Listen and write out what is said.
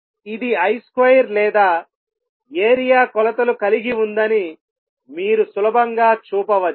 ఇది l2 లేదా area కొలతలు కలిగి ఉందని మీరు సులభంగా చూపవచ్చు